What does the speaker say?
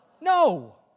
No